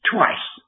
Twice